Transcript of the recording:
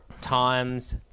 times